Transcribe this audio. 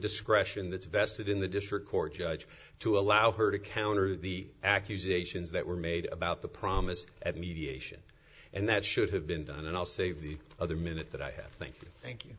discretion that's vested in the district court judge to allow her to counter the accusations that were made about the promise at mediation and that should have been done and i'll save the other minute that i have thank you